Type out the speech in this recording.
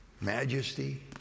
majesty